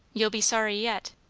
you'll be sorry yet.